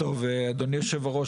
אדוני היושב-ראש,